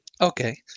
Okay